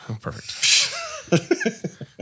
perfect